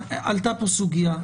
עלתה פה סוגיה,